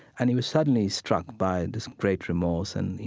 and he was suddenly struck by and this great remorse and, you